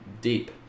deep